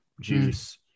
juice